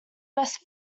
best